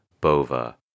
Bova